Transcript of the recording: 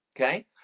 Okay